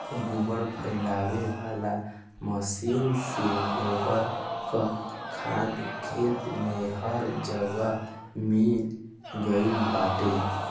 गोबर फइलावे वाला मशीन से गोबर कअ खाद खेत में हर जगह मिल गइल बाटे